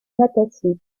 natation